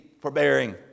forbearing